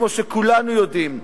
כמו שכולנו יודעים,